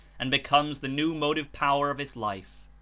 and becomes the new motive power of his life.